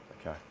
Okay